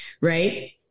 Right